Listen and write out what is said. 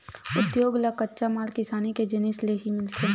उद्योग ल कच्चा माल किसानी के जिनिस ले ही मिलथे